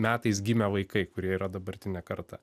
metais gimę vaikai kurie yra dabartinė karta